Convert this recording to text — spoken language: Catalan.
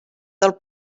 del